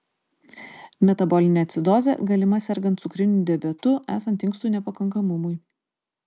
metabolinė acidozė galima sergant cukriniu diabetu esant inkstų nepakankamumui